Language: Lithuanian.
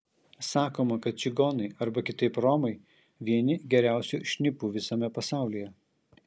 sakoma kad čigonai arba kitaip romai vieni geriausių šnipų visame pasaulyje